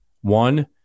One